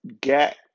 get